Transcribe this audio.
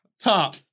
top